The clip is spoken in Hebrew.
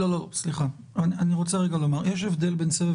יש הבדל בין סבב